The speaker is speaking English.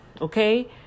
Okay